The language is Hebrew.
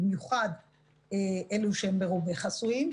במיוחד אלה שהם מרובי חסויים,